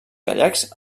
gallecs